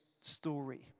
story